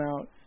out